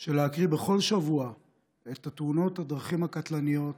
של להקריא בכל שבוע את תאונות הדרכים הקטלניות